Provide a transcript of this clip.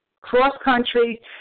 cross-country